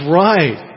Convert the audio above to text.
right